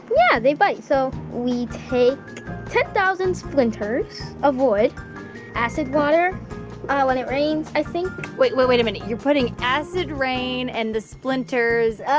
yeah. they bite. so we take ten thousand splinters of wood acid water when it rains, i think wait. wait a minute. you're putting acid rain and the splinters.